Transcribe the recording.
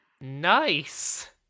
Nice